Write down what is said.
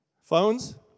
Phones